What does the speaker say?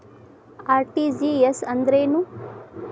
RTGS ಅಂದ್ರೇನು?